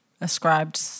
ascribed